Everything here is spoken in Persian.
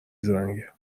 زرنگه